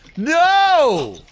no!